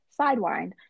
sidewind